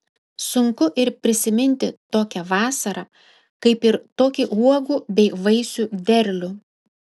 sunku ir prisiminti tokią vasarą kaip ir tokį uogų bei vaisių derlių